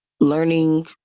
learning